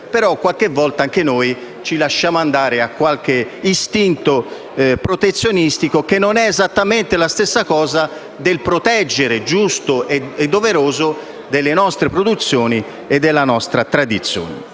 ma qualche volta anche noi ci lasciamo andare a qualche istinto protezionistico, che non è esattamente la stessa cosa, giusta e doverosa, del proteggere le nostre produzioni e la nostra tradizione.